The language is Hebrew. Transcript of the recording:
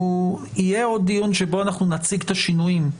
יהיה עוד דיון שבו אנחנו נציג את השינויים,